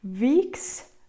weeks